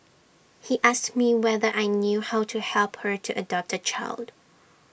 he asked me whether I knew how to help her to adopt A child